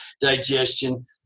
digestion